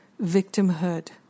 victimhood